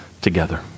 together